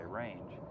range